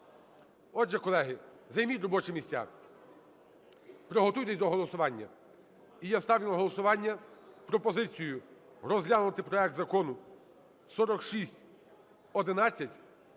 Отже, колеги, займіть робочі місця. Приготуйтесь до голосування. І я ставлю на голосування пропозицію розглянути проект Закону 4611